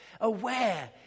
aware